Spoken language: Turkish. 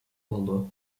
oldu